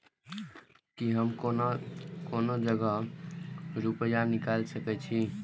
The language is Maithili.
की हम कोनो जगह रूपया निकाल सके छी?